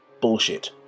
Bullshit